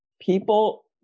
people